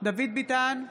דוד ביטן,